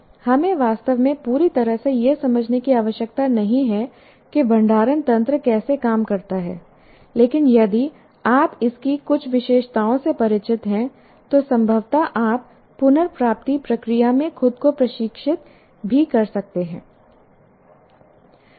हमें वास्तव में पूरी तरह से यह समझने की आवश्यकता नहीं है कि भंडारण तंत्र कैसे काम करता है लेकिन यदि आप इसकी कुछ विशेषताओं से परिचित हैं तो संभवतः आप पुनर्प्राप्ति प्रक्रिया में खुद को प्रशिक्षित भी कर सकते हैं